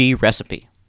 recipe